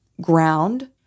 ground